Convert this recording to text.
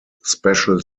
special